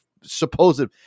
supposed